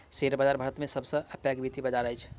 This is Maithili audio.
शेयर बाजार भारत के सब सॅ पैघ वित्तीय बजार अछि